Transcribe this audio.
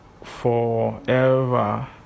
forever